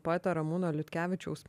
poeto ramūno liutkevičiaus